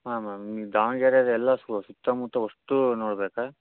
ಹಾಂ ಮ್ಯಾಮ್ ನೀವು ದಾವಣಗೆರೆಲ್ಲಿ ಎಲ್ಲ ಸುತ್ತಮುತ್ತ ಅಷ್ಟೂ ನೋಡ್ಬೇಕಾ